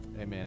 Amen